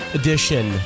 edition